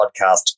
podcast